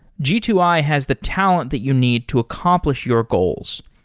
g two i has the talent that you need to accomplish your goals.